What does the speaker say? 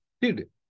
dude